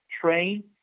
Train